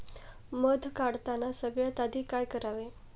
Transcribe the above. मध काढताना सगळ्यात आधी काय करावे?